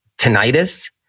tinnitus